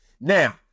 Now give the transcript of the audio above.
Now